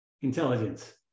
intelligence